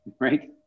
right